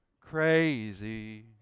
Crazy